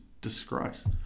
disgrace